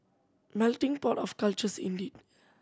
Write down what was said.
melting pot of cultures indeed